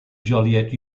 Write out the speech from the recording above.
joliet